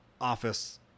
office